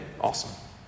awesome